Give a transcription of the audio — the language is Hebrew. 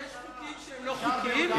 שיש חוקים שהם לא חוקיים?